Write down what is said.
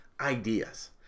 ideas